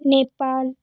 Nepal